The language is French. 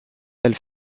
elle